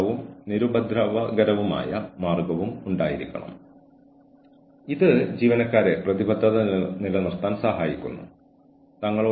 ഒരു എച്ച്ആർ വ്യക്തിയുടെ അടുത്തോ അല്ലെങ്കിൽ ഓർഗനൈസേഷനിലെ ആരെങ്കിലുമടുത്തോ അവരുടെ ആശങ്കകൾ പങ്കു വെക്കുന്നതിൽ ജീവനക്കാരന് സുഖം തോന്നണം